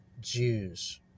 Jews